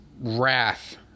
wrath